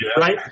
right